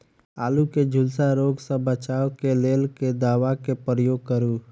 आलु केँ झुलसा रोग सऽ बचाब केँ लेल केँ दवा केँ प्रयोग करू?